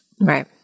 Right